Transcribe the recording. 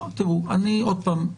עוד פעם,